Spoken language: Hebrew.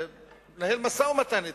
לנהל משא-ומתן אתם.